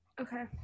okay